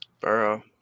Burrow